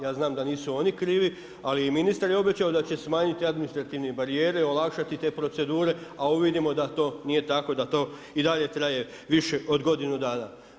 Ja znam da nisu oni krivi, ali i ministar je obećao da će smanjiti administrativne barijere, olakšati te procedure a uvidimo da to nije tako, da to i dalje traje više od godinu dana.